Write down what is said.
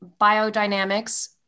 biodynamics